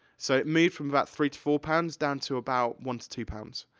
so, it moved from about three to four pounds down to about one to two pounds.